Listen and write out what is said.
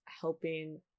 helping